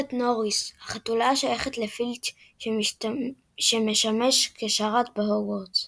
גברת נוריס – חתולה השייכת לפילץ' שמשמש כשרת בהוגוורסט.